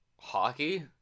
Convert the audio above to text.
Hockey